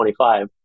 25